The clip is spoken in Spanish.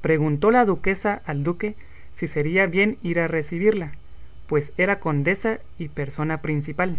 preguntó la duquesa al duque si sería bien ir a recebirla pues era condesa y persona principal